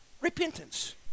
repentance